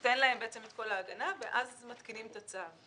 זה נותן להם את כל ההגנה ואז מתקינים את הצו.